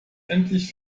endlich